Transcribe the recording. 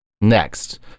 Next